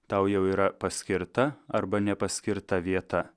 tau jau yra paskirta arba nepaskirta vieta